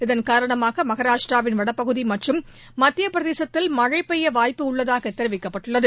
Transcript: இதன் காரணமாக மகாராஷ்டிராவின் வடபகுதி மற்றும்மத்திய பிரதேசத்தில் மழை பெய்ய வாய்ப்புள்ளதாக தெரிவிக்கப்பட்டுள்ளது